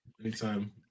Anytime